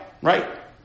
Right